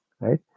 Right